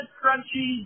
crunchy